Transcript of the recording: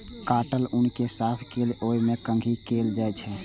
काटल ऊन कें साफ कैर के ओय मे कंघी कैल जाइ छै